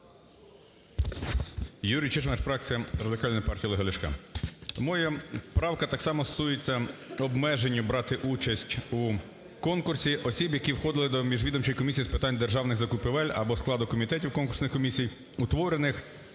ЮрійЧижмарь, фракція Радикальна партія Олега Ляшка. Моя правка так само стосується обмеження брати участь у конкурсі осіб, які входили до Міжвідомчої комісії з питань державних закупівель або складу комітетів конкурсної комісії, утворених